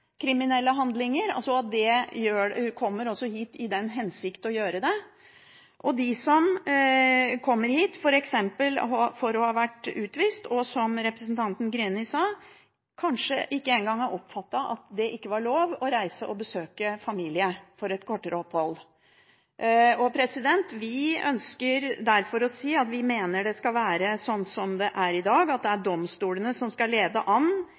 kriminelle handlinger, og dem som kommer hit etter å ha vært utvist, og f.eks., som representanten Greni sa, kanskje ikke engang har oppfattet at det ikke var lov å komme på et kortere opphold for å besøke familie. Vi ønsker derfor å si at vi mener det skal være sånn som det er i dag – at det er domstolene som skal lede an